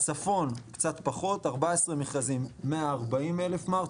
בצפון קצת פחות, 14 מכרזים, 140,000 מ"ר.